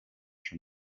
from